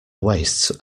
waists